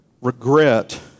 Regret